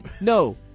No